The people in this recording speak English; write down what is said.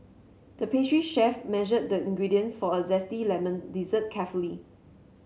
the pastry chef measured the ingredients for a zesty lemon dessert carefully